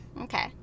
Okay